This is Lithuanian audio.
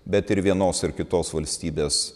bet ir vienos ir kitos valstybės